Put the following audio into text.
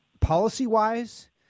policy-wise